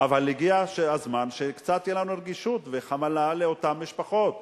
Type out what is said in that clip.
אבל הגיע הזמן שקצת תהיה לנו רגישות וחמלה לאותן משפחות.